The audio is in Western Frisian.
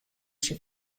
syn